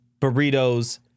burritos